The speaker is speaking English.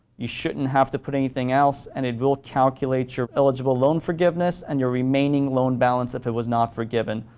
you shouldn't have to put in anything else, and it will calculate your eligible loan forgiveness and your remaining loan balance if it was not forgiven.